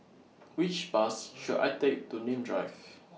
Which Bus should I Take to Nim Drive